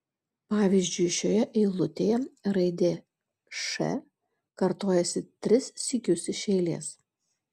pavyzdžiui šioje eilutėje raidė š kartojasi tris sykius iš eilės